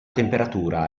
temperatura